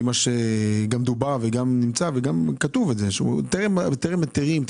כפי שדובר וגם כתוב טרם היתרים,